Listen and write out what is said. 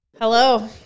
Hello